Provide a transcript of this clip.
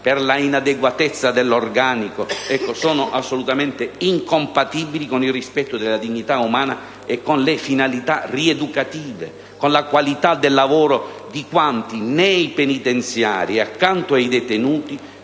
per la inadeguatezza dell'organico sono incompatibili con il rispetto della dignità umana, con le finalità rieducative con la qualità del lavoro di quanti nei penitenziari, accanto ai detenuti,